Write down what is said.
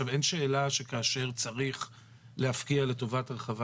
אין שאלה שכאשר צריך להפקיע לטובת הרחבה